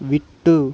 விட்டு